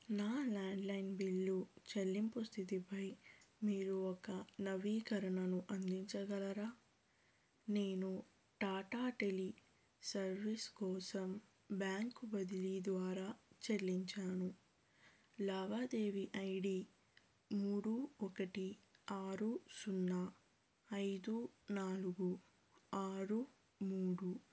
నా landline bill చెల్లింపు స్థితిపై మీరు ఒక నవీకరణను అందించగలరా నేను టాటా టెలి సర్వీస్ కోసం బ్యాంకు బదిలీ ద్వారా చెల్లించాను లావాదేవీ ఐ డి మూడు ఒకటి ఆరు సున్నా ఐదు నాలుగు ఆరు మూడు